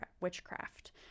witchcraft